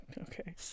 okay